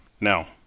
now